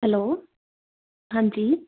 hello ਹਾਂਜੀ